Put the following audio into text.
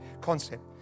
concept